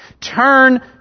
Turn